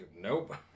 nope